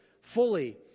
fully